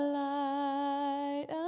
light